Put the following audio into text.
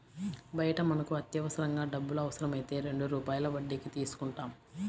బయట మనకు అత్యవసరంగా డబ్బులు అవసరమైతే రెండు రూపాయల వడ్డీకి తీసుకుంటాం